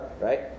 right